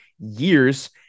years